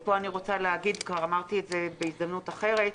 פה אני רוצה להגיד כבר אמרתי בהזדמנות אחרת,